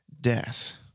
death